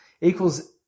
Equals